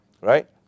right